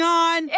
on